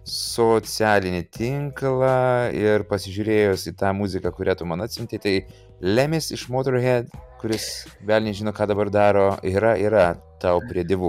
socialinį tinklą ir pasižiūrėjus į tą muziką kurią tu man atsiuntei tai lemis iš motorhed kuris velnias žino ką dabar daro yra yra ta prie dievų